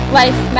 life